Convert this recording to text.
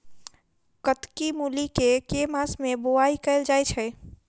कत्की मूली केँ के मास मे बोवाई कैल जाएँ छैय?